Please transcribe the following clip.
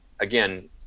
Again